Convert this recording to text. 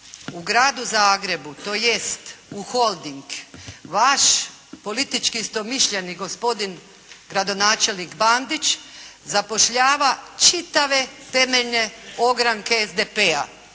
u gradu Zagrebu tj. u holding vaš politički istomišljenik gospodin gradonačelnik Bandić zapošljava čitave temeljne ogranke SDP-a.